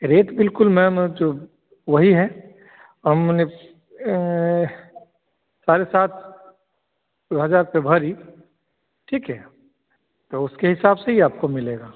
rate बिल्कुल ma'am जो वही है हाँ मने साढ़े सात दो हज़ार पर भरी ठीक है तो उसके हिसाब से ही आपको मिलेगा